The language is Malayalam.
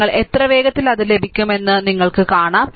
നിങ്ങൾക്ക് എത്ര വേഗത്തിൽ അത് ലഭിക്കുമെന്ന് നിങ്ങൾ കാണും